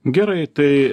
gerai tai